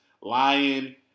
lying